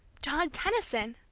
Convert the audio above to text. john tenison!